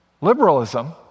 Liberalism